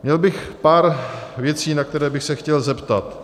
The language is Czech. Měl bych pár věcí, na které bych se chtěl zeptat.